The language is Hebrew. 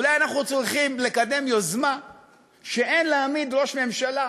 אולי אנחנו צריכים לקדם יוזמה שאין להעמיד לדין ראש ממשלה